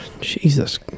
Jesus